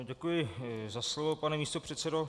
Děkuji za slovo, pane místopředsedo.